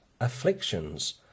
afflictions